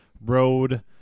road